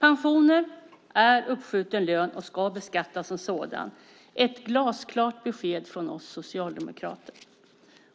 Pension är uppskjuten lön och ska beskattas som sådan. Det är ett glasklart besked från oss socialdemokrater.